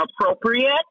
appropriate